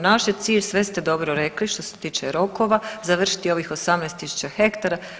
Naš je cilj, sve ste dobro rekli što se tiče rokova, završiti ovih 18 tisuća hektara.